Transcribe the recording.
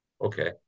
Okay